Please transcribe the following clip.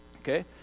Okay